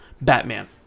Batman